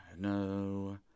no